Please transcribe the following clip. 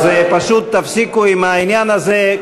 אז פשוט תפסיקו עם העניין הזה.